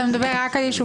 אתה מדבר רק על יישובים?